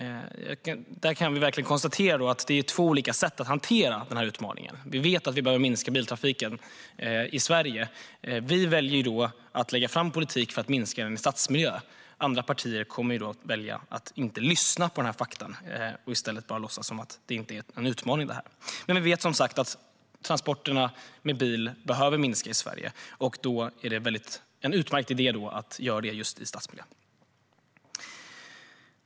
Där kan vi verkligen konstatera att det finns två olika sätt att hantera den här utmaningen. Vi vet att vi behöver minska biltrafiken i Sverige. Vi väljer att lägga fram politik för att minska den i stadsmiljö. Andra partier kommer att välja att inte lyssna på dessa fakta utan i stället bara låtsas som att det här inte är någon utmaning. Men vi vet som sagt att transporterna med bil behöver minska i Sverige. Då är det en utmärkt idé att göra det just i stadsmiljö.